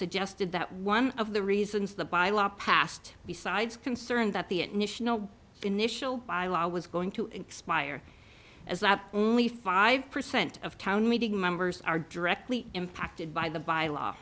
suggested that one of the reasons the by law passed besides concerned that the initial bylaw was going to expire as up only five percent of town meeting members are directly impacted by the by law